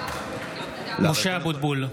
(קורא בשמות חברי הכנסת) משה אבוטבול,